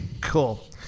Cool